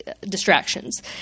distractions